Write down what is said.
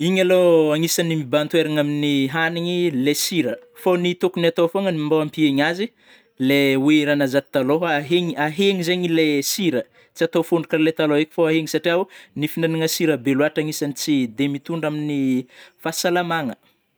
Igny alô agnisany mibahan-toerana amin'ny hanigny, lai sira, fô ny tokony atao fogna ny mbô ampihegna azy, le oe ra nahazatry talôha ahegny-ahegny- zegny le sira, tsy atao fondro karaha lai talôha heky fô igny satriao ny fihinagna sira be loatry agnisany tsy de mitondra amin'ny fahasalamagna.